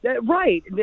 Right